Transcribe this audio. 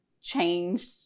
change